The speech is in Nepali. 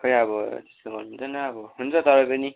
खै अब त्यसो भन्नु हुँदैन अब हुन्छ तपाईँ पनि